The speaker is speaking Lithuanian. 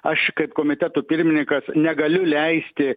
aš kaip komiteto pirmininkas negaliu leisti